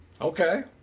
Okay